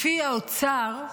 לפי האוצר,